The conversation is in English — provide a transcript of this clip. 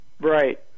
Right